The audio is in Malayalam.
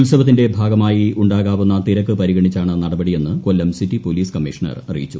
ഉത്സവത്തിന്റെ ഭാഗമായി ഉണ്ടാകാവുന്ന തിരക്ക് പരിഗണിച്ചാണ് നടപടിയെന്ന് കൊല്ലം സിറ്റി പോലീസ് കമ്മീഷണർ അറിയിച്ചു